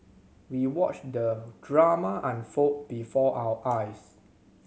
we watched the drama unfold before our eyes